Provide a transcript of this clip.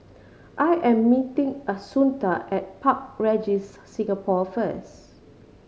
I am meeting Assunta at Park Regis Singapore first